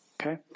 Okay